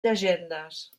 llegendes